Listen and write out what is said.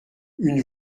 une